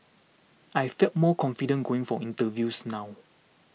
I feel more confident going for interviews now